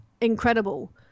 incredible